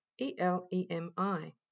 E-L-E-M-I